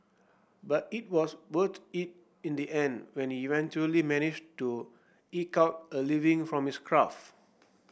but it was worth it in the end when he eventually managed to eke out a living from his craft